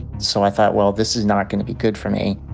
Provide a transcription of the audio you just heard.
so i thought, well, this is not gonna be good for me.